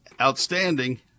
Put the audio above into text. outstanding